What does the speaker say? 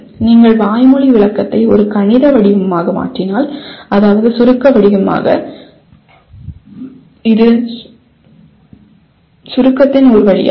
நீங்கள் வாய்மொழி விளக்கத்தை ஒரு கணித வடிவமாக மாற்றினால் அதாவது சுருக்க வடிவமாக இது சுருக்கத்தின் ஒரு வழியாகும்